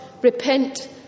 repent